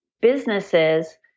businesses